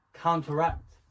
counteract